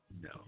No